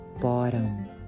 Bottom